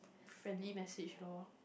friendly message lor